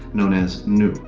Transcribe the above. known as nous.